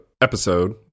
episode